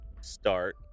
start